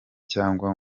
cyangwa